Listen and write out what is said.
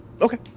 Okay